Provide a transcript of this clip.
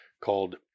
called